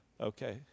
okay